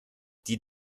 die